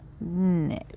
no